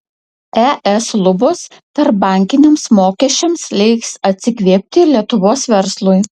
es lubos tarpbankiniams mokesčiams leis atsikvėpti lietuvos verslui